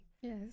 Yes